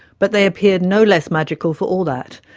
but they appeared no less magical for all that.